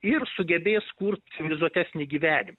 ir sugebės kurt civilizuotesnį gyvenimą